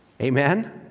amen